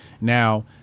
now